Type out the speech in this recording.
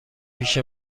پیش